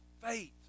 faith